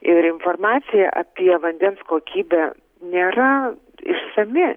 ir informacija apie vandens kokybę nėra išsami